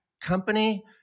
company